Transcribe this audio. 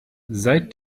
seit